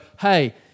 Hey